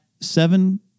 seven